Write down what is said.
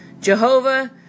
Jehovah